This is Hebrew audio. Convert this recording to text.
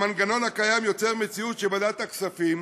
המנגנון הקיים יוצר מציאות שוועדת הכספים,